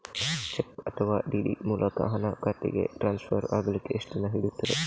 Check ಅಥವಾ DD ಮೂಲಕ ಹಣ ಖಾತೆಗೆ ಟ್ರಾನ್ಸ್ಫರ್ ಆಗಲಿಕ್ಕೆ ಎಷ್ಟು ದಿನ ಹಿಡಿಯುತ್ತದೆ?